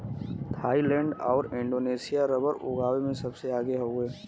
Thailand आउर Indonesia rubber उगावे में सबसे आगे हउवे